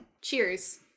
Cheers